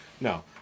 no